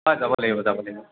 হয় যাব লাগিব যাব লাগিব